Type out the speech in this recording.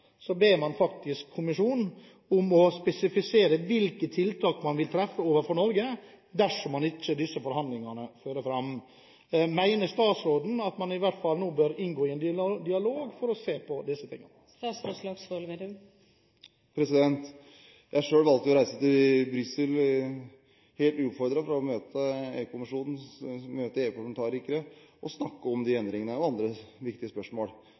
spesifisere hvilke tiltak man vil treffe overfor Norge dersom ikke disse forhandlingene fører fram. Mener statsråden at man i hvert fall nå bør gå inn i en dialog for å se på disse forholdene? Jeg valgte selv å reise til Brussel, helt uoppfordret, for å møte EU-kommisjonen, møte EU-parlamentarikere og snakke om disse endringene og andre viktige spørsmål.